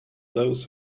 those